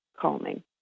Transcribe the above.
Calming